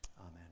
Amen